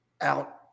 out